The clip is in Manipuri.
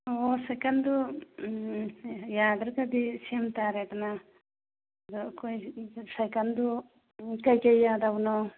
ꯑꯣ ꯁꯥꯏꯀꯜꯗꯨ ꯌꯥꯗ꯭ꯔꯒꯗꯤ ꯁꯦꯝꯕꯇꯥꯔꯦꯗꯅ ꯑꯗꯣ ꯑꯩꯈꯣꯏ ꯁꯥꯏꯀꯜꯗꯨ ꯀꯔꯤ ꯀꯔꯤ ꯌꯥꯗꯕꯅꯣ